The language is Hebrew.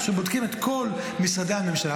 שבודקים את כל משרדי הממשלה,